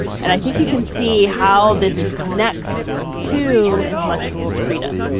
and i think you can see how this connects to intellectual freedom.